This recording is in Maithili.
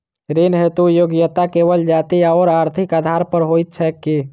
ऋण हेतु योग्यता केवल जाति आओर आर्थिक आधार पर होइत छैक की?